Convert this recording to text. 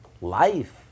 life